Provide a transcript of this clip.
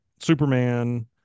Superman